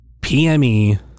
PME